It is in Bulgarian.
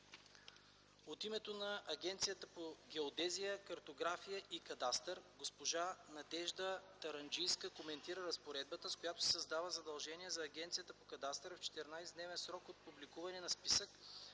От името на Агенцията по геодезия, картография и кадастър госпожа Надежда Таранджийска коментира разпоредбата, с която се създава задължение за Агенцията по кадастъра в 14-дневен срок от публикуване на списъка,